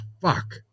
fuck